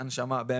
באמת הנשמה.